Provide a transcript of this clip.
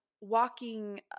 walking